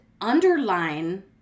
underline